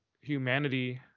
humanity